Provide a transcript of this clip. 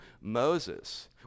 Moses